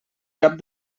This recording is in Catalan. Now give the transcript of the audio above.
cap